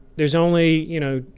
there's only, you know,